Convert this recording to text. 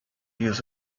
years